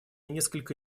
несколько